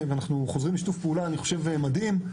ואנחנו חוזרים לשיתוף פעולה אני חושב מדהים,